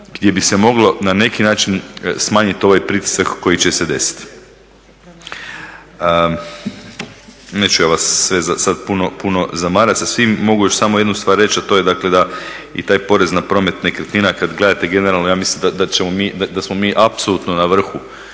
gdje bi se moglo na neki način smanjit ovaj pritisak koji će se desit. Neću ja vas sad puno zamarat sa svim. Mogu još samo jednu stvar reći, a to je dakle da i taj porez na promet nekretnina kad gledate generalno ja mislim da smo mi apsolutno na vrhu